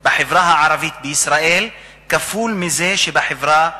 בחברה הערבית בישראל כפול מזה שבחברה היהודית.